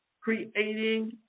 Creating